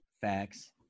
Facts